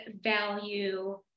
value